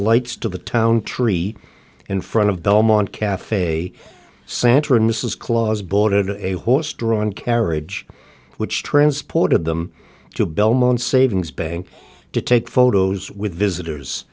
lights to the town tree in front of belmont cafe santa and mrs claus boarded a horse drawn carriage which transported them to belmont savings bank to take photos with visitors